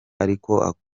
ariko